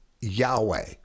Yahweh